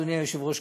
אדוני היושב-ראש,